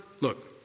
Look